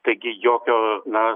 taigi jokio na